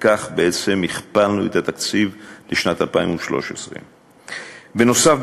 בכך בעצם הכפלנו את התקציב לשנת 2013. בנוסף,